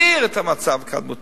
כדי להחזיר את המצב לקדמותו